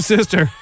Sister